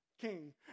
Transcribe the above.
king